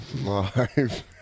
Live